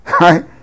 Right